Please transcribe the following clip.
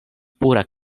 pura